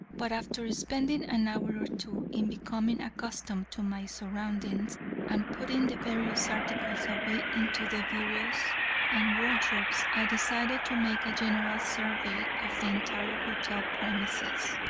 but after spending an hour or two in becoming accustomed to my surroundings and putting the various articles away into the bureaus and wardrobes, i decided to make a general survey of the entire hotel premises.